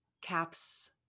caps